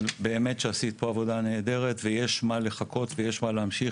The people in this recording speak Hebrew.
אבל באמת שעשית פה עבודה נהדרת ויש מה לחכות ומה להמשיך.